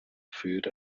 food